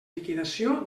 liquidació